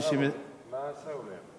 ומי, מה השר אומר?